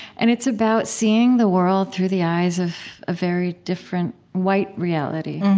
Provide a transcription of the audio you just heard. and it's about seeing the world through the eyes of a very different white reality.